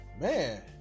man